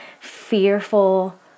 fearful